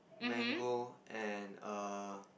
mango and err